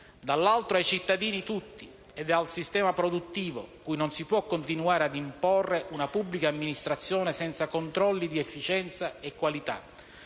dall'altro ai cittadini tutti ed al sistema produttivo, cui non si può continuare ad imporre una pubblica amministrazione senza controlli di efficienza e qualità.